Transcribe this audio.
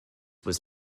was